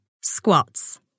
Squats